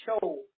show